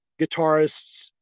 guitarists